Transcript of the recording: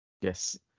Yes